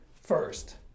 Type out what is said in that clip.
first